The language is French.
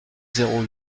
zéro